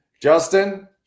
Justin